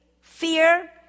fear